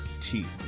teeth